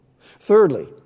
Thirdly